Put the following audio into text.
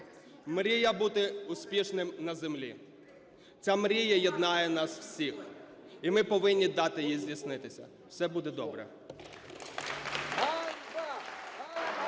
мрія бути успішним на землі. Ця мрія єднає нас всіх і ми повинні дати їй здійснитися. Все буде добре.